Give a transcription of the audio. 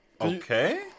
Okay